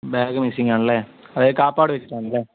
bag missing ആണല്ലേ അതായത് കാപ്പാട് വെച്ചിട്ടാണല്ലേ